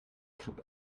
grip